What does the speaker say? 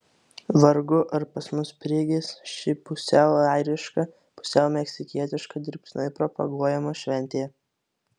vargu ar pas mus prigis ši pusiau airiška pusiau meksikietiška dirbtinai propaguojama šventė